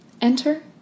Enter